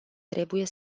trebuie